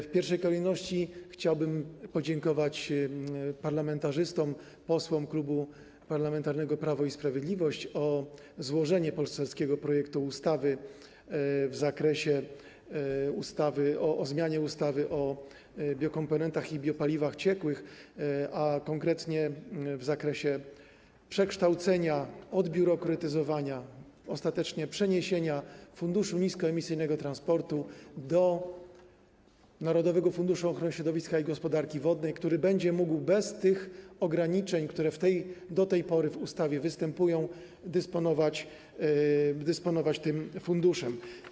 W pierwszej kolejności chciałbym podziękować parlamentarzystom, posłom Klubu Parlamentarnego Prawo i Sprawiedliwość za złożenie poselskiego projektu ustawy o zmianie ustawy o biokomponentach i biopaliwach ciekłych, a konkretnie w zakresie przekształcenia, odbiurokratyzowania, ostatecznie przeniesienia Funduszu Niskoemisyjnego Transportu do Narodowego Funduszu Ochrony Środowiska i Gospodarki Wodnej, który będzie mógł bez tych ograniczeń, które do tej pory w ustawie występują, dysponować tym funduszem.